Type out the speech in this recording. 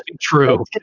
true